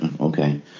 Okay